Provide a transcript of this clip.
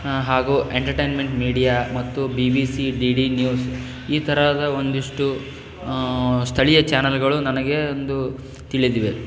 ಹಾಗೂ entertainment media ಮತ್ತು B B C D D news ಈ ತರಹದ ಒಂದಿಷ್ಟು ಸ್ಥಳೀಯ ಚಾನೆಲ್ಗಳು ನನಗೆ ಒಂದು ತಿಳಿದಿವೆ